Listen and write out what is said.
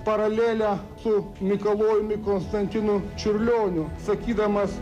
paralelę su mikalojumi konstantinu čiurlioniu sakydamas